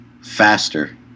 faster